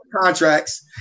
contracts